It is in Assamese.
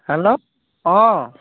হেল্ল' অ